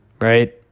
Right